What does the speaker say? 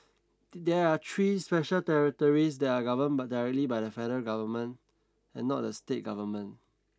there are three special territories that are governed by directly by the federal government and not the state government